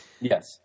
Yes